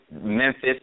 Memphis